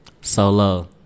Solo